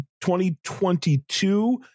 2022